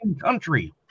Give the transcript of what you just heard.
country